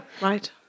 right